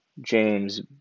James